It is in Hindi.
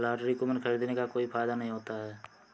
लॉटरी कूपन खरीदने का कोई फायदा नहीं होता है